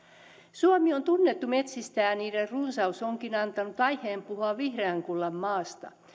suomi on tunnettu metsistään ja niiden runsaus onkin antanut aiheen puhua vihreän kullan maasta